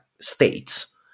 states